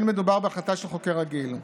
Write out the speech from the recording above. ואין מדובר בהחלטה של חוקר רגיל.